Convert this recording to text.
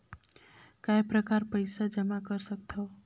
काय प्रकार पईसा जमा कर सकथव?